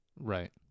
Right